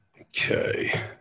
Okay